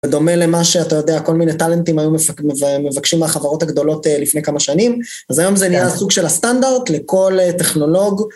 ודומה למה שאתה יודע, כל מיני טלנטים היו מבקשים מהחברות הגדולות לפני כמה שנים, אז היום זה נהיה סוג של הסטנדארט לכל טכנולוג.